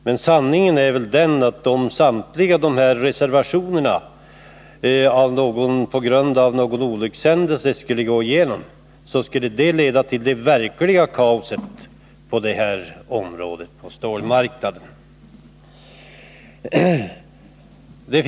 Men sanningen är väl den att om samtliga reservationer på grund av någon olyckshändelse skulle bifallas, så skulle det leda till det verkliga kaoset på det här området.